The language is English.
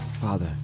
father